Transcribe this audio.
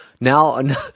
now